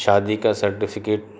شادی کا سرٹیفکیٹ